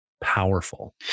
powerful